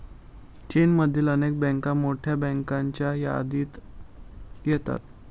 चीनमधील अनेक बँका मोठ्या बँकांच्या यादीत येतात